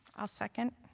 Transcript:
i'll second